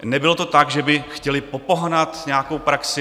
Nebylo to tak, že by chtěli popohnat nějakou praxi.